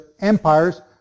empires